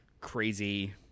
crazy